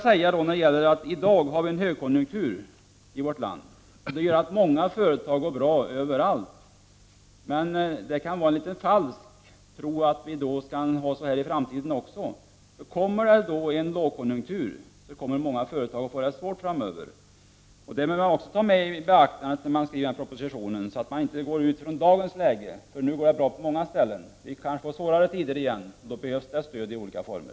I dag har vi en högkonjunktur i vårt land. Många företag går bra på många platser, men det är en falsk tro att vi kan ha det så i framtiden också. I en lågkonjunktur kommer många företag att få det svårt. Det bör man också ta i beaktande när man skriver propositionen, så att man inte utgår från dagens läge. Vi kan få svåra tider igen, och då behövs det stöd i olika former.